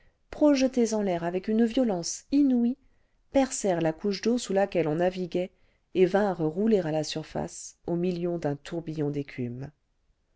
projetés en l'air avec une violence inouïe percèrent la couche d'eau sous laquelle on naviguait et vinrent rouler à la surface au milieu d'un tourbillon d'écume